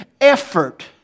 effort